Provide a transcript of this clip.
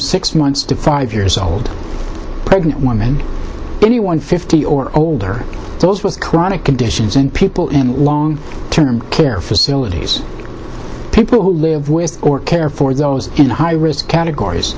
six months to five years old pregnant women anyone fifty or older those with chronic conditions and people in long term care facilities people who live with or care for those in the high risk categories